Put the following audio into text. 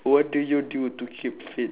what do you do to keep fit